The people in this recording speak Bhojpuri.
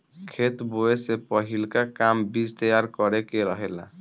खेत बोए से पहिलका काम बीज तैयार करे के रहेला